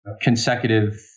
consecutive